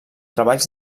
treballs